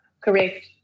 Correct